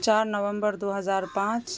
چار نومبر دو ہزار پانچ